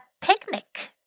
picnic